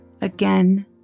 again